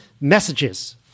messages